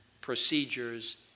procedures